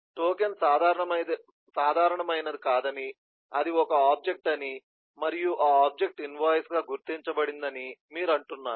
token సాధారణమైనది కాదని అది ఒక ఆబ్జెక్ట్ అని మరియు ఆ ఆబ్జెక్ట్ ఇన్వాయిస్గా గుర్తించబడిందని మీరు అంటున్నారు